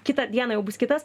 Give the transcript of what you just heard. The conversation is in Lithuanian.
kitą dieną jau bus kitas